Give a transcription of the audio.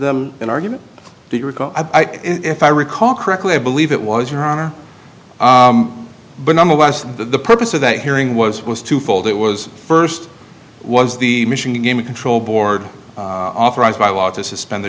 them an argument do you recall if i recall correctly i believe it was your honor but nonetheless the purpose of that hearing was was twofold it was first was the michigan game control board authorized by law to suspend the